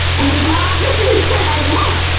and it's not the thing that i want,